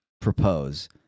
propose